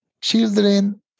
Children